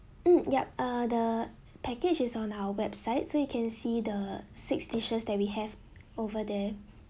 hmm yup uh the package is on our website so you can see the six dishes that we have over there